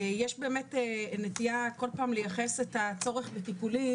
יש באמת נטייה כל פעם לייחס את הצורך בטיפולים,